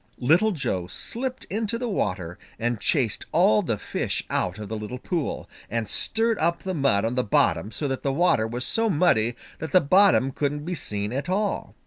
little joe slipped into the water and chased all the fish out of the little pool, and stirred up the mud on the bottom so that the water was so muddy that the bottom couldn't be seen at all.